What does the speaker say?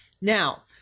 Now